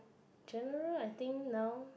general I think now